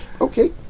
Okay